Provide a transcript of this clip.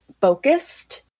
focused